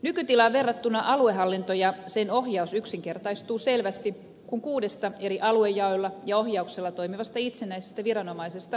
nykytilaan verrattuna aluehallinto ja sen ohjaus yksinkertaistuu selvästi kun kuudesta eri aluejaoilla ja ohjauksella toimivasta itsenäisestä viranomaisesta siirrytään kahteen